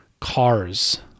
Cars